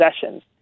possessions